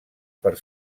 per